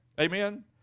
Amen